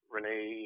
Renee